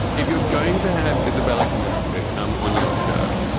if you're going to have isabella kominski come on your show,